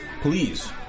Please